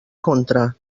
contra